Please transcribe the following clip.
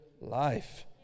life